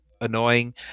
annoying